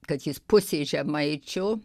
kad jis pusė žemaičio